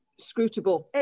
scrutable